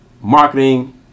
marketing